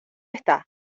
está